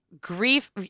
grief